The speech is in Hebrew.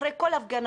אחרי כל הפגנה,